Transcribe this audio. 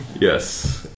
Yes